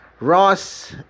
ross